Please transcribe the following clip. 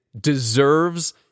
deserves